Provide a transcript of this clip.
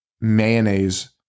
mayonnaise